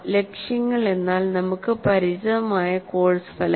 ലക്ഷ്യങ്ങൾ എന്നാൽ നമുക്ക് പരിചിതമായ കോഴ്സ് ഫലങ്ങൾ